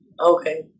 Okay